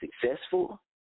successful